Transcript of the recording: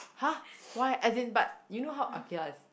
!huh! why as in but you know how okay lah